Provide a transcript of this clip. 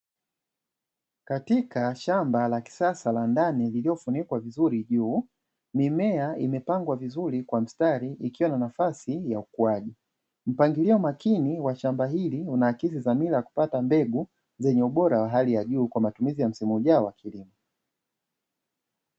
Katika shamba la kisasa la ndani lililofunikwa vizuri juu mimea imepangwa vizuri kwa mistari ikiwa na nafasi ya ukuaji. Mpangilio makini wa shamba hili unaakisi mpangilo wa kupata mbegu zenye ubora wa hali ya juu kwa ajili ya matumizi ya msimu ujao wa kilimo.